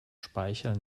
speichel